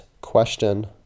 question